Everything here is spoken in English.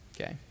Okay